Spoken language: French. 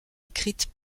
écrites